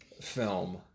film